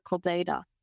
data